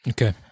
Okay